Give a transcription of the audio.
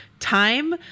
Time